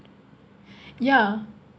ya